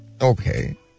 Okay